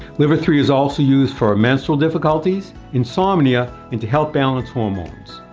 liver three is also used for ah mensural difficulties, insomnia and to help balance hormones.